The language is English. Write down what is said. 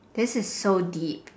this is so deep